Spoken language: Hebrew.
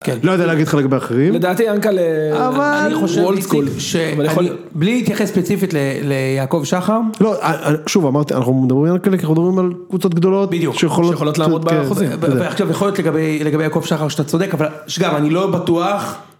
- כן, ‫לא יודע להגיד לך לגבי האחרים. ‫- לדעתי, ינקעל'ה... - אבל... - הוא אולד סקול - אני חושב, איציק ‫שבלי להתייחס ספציפית ליעקב שחר... ‫- לא, שוב, אמרתי, אנחנו מדברים על יענקל'ה ? כי אנחנו מדברים על קבוצות גדולות. ‫- בדיוק, שיכולות שיכולות לעמוד בחוזים. - כן, ועכשיו יכול להיות לגבי יעקב שחר שאתה צודק, ‫אבל שגר, אני לא בטוח...